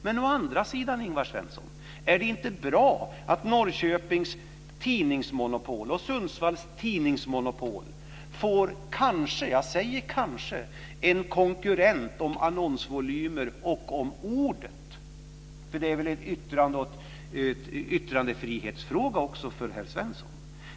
Men är det inte bra, Ingvar Svensson, att Norrköpings tidningsmonopol och Sundsvalls tidningsmonopol kanske, jag säger kanske, får en konkurrent om annonsvolymer och om ordet. Det är väl en yttrandefrihetsfråga också för herr Svensson.